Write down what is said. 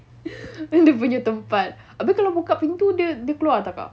kan dia punya tempat habis kalau buka pintu dia dia keluar tak kak